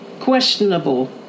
Questionable